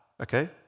Okay